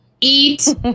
eat